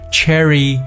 Cherry